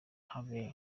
harvey